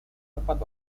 tepat